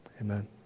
Amen